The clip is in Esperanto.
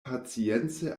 pacience